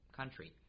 country